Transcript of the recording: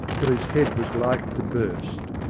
till his head was like to burst.